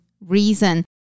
reason